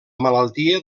malaltia